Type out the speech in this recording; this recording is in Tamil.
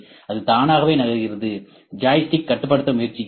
அது தானாகவே நகர்கிறது ஜாய்ஸ்டிக் கட்டுப்படுத்த முயற்சிக்கிறது